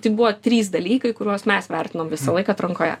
tai buvo trys dalykai kuriuos mes vertinom visąlaik atrankoje